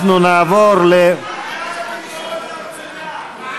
התשע"ו 2016, לוועדת החוקה, חוק ומשפט נתקבלה.